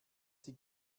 sie